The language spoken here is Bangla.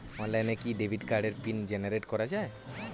অনলাইনে কি ডেবিট কার্ডের পিন জেনারেট করা যায়?